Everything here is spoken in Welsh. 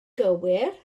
gywir